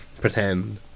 pretend